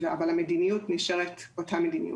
אבל המדיניות נשארת אותה מדיניות,